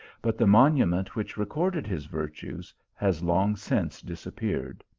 but the monument which recorded his virtues, has long since disap peared.